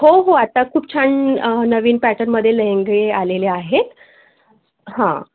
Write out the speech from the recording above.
हो हो आत्ता खूप छान नवीन पॅटर्नमध्ये लेहेंगे आलेले आहेत हां